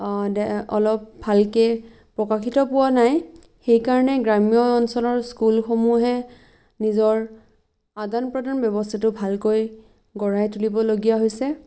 অঁ দে অলপ ভালকে প্ৰকাশিত পোৱা নাই সেইকাৰণে গ্ৰাম্য অঞ্চলৰ স্কুলসমূহে নিজৰ আদান প্ৰদান ব্যৱস্থাটো ভালকৈ গঢ়াই তুলিবলগীয়া হৈছে